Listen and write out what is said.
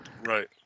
Right